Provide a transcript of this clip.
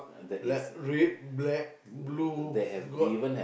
like red black blue got